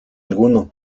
alguno